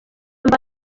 mba